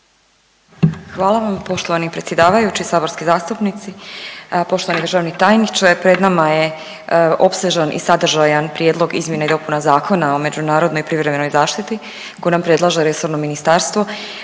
Hvala vam poštovani predsjedavajući i saborski zastupnici. Poštovani državni tajniče, pred nama je opsežan i sadržajan Prijedlog izmjena i dopuna Zakona o međunarodnoj i privremenoj zaštiti koje nam predlaže resorno MUP